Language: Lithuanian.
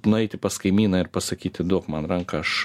nueiti pas kaimyną ir pasakyti duok man ranką aš